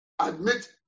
Admit